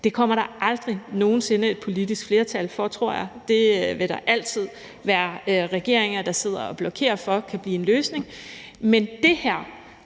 Det kommer der aldrig nogen sinde et politisk flertal for, tror jeg. Det vil der altid være regeringer der sidder og blokerer for kan blive en løsning. Men det her